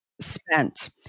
spent